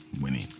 winning